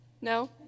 No